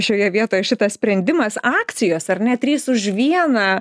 šioje vietoje šitas sprendimas akcijos ar net trys už vieną